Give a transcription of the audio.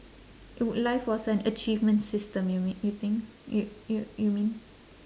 if life was an achievement system you mea~ you think you you you mean